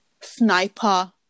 sniper